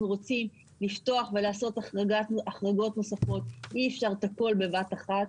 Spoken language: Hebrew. רוצים לפתוח ולעשות החרגות נוספות אי אפשר את הכול בבת אחת,